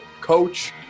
coach